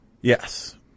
Yes